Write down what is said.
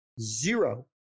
zero